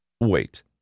Wait